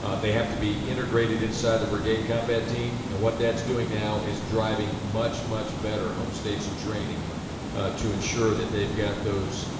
ah they have to be integrated inside the brigade combat team. and what that's doing now is driving much, much better home station training to ensure that they've got those,